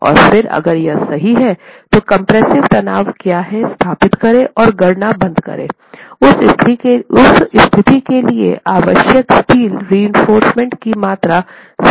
और फिर अगर यह सही है तो कम्प्रेस्सिव तनाव क्या है स्थापित करें और गणना बंद करें उस स्थिति के लिए आवश्यक स्टील रिइंफोर्समेन्ट की मात्रा स्थापित करें